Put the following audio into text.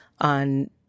on